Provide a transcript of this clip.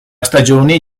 stagioni